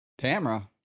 tamra